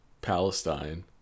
Palestine